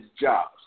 jobs